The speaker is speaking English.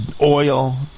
oil